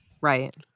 Right